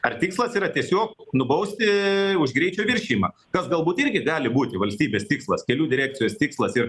ar tikslas yra tiesiog nubausti už greičio viršijimą kas galbūt irgi gali būti valstybės tikslas kelių direkcijos tikslas ir